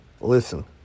Listen